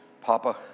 Papa